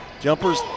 Jumpers